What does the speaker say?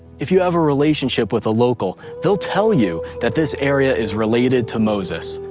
if you have a relationship with a local, they'll tell you that this area is related to moses,